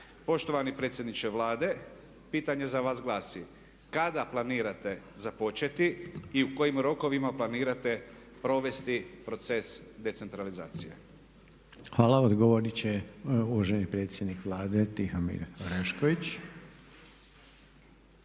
Poštovani predsjedniče Vlade, pitanje za vas glasi: Kada planirate započeti i u kojim rokovima planirate provesti proces decentralizacije? **Reiner, Željko (HDZ)** Hvala. Odgovorit će uvaženi predsjednik Vlade Tihomir Orešković.